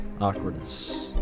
awkwardness